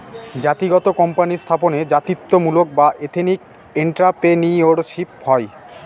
জাতিগত কোম্পানি স্থাপনে জাতিত্বমূলক বা এথেনিক এন্ট্রাপ্রেনিউরশিপ হয়